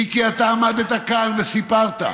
מיקי, אתה עמדת כאן וסיפרת,